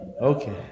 Okay